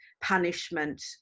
punishment